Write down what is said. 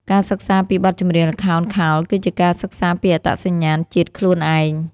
ការសិក្សាពីបទចម្រៀងល្ខោនខោល គឺជាការសិក្សាពីអត្តសញ្ញាណជាតិខ្លួនឯង។